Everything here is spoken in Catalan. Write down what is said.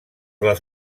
les